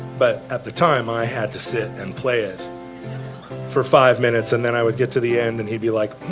but at the time, i had to sit and play it for five minutes, and then i would get to the end, and he'd be like,